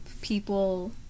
people